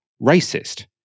racist